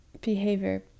behavior